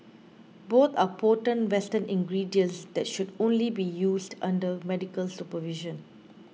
both are potent western ingredients that should only be used under medical supervision